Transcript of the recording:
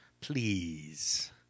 please